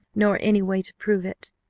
nor any way to prove it.